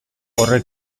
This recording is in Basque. horrek